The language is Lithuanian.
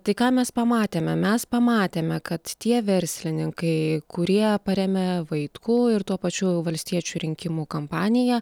tai ką mes pamatėme mes pamatėme kad tie verslininkai kurie paremia vaitkų ir tuo pačiu valstiečių rinkimų kampaniją